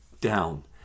down